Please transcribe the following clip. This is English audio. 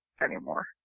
anymore